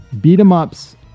Beat-em-ups